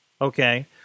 okay